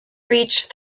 reached